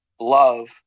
love